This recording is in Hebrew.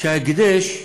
ההקדש נמצא,